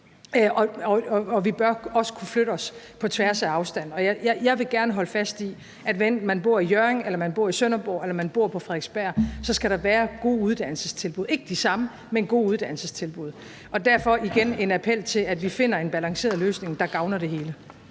og vi bør også kunne flytte os på tværs af afstand. Og jeg vil gerne holde fast i, at hvad enten man bor i Hjørring, man bor i Sønderborg eller man bor på Frederiksberg, skal der være gode uddannelsestilbud – ikke de samme, men gode uddannelsestilbud. Og derfor har jeg igen en appel til, at vi finder en balanceret løsning, der gavner det hele.